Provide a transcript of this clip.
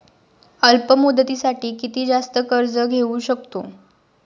अल्प मुदतीसाठी किती जास्त कर्ज घेऊ शकतो?